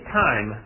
time